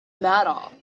matter